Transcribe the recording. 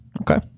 Okay